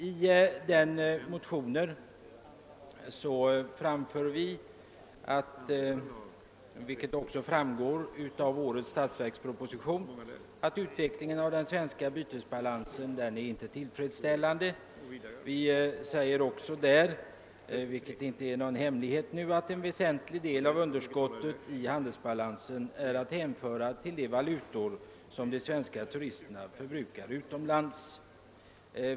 I detta motionspar framhåller vi att — såsom även framgår av årets statsverksproposition — utvecklingen av den svenska bytesbalansen inte är tillfredsställande. Vi påpekar, vilket numera inte är någon hemlighet, att en väsentlig del av underskottet i handelsbalansen är att hänföra till de valutor som de svenska turisterna förbrukar utomlands.